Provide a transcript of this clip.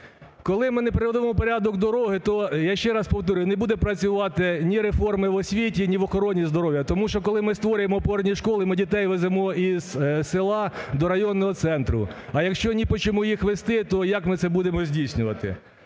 Коли ми не приведемо в порядок дороги, то, я ще раз повторюю, не будуть працювати ні реформи в освіті, ні в охороні здоров'я. Тому що, коли ми створюємо опорні школи, ми дітей веземо із села до районного центру, а якщо ні по чому їх везти, то як ми це будемо здійснювати?